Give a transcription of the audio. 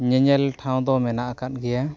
ᱧᱮᱧᱮᱞ ᱴᱷᱟᱶ ᱫᱚ ᱢᱮᱱᱟᱜ ᱟᱠᱟᱫ ᱜᱮᱭᱟ